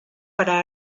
para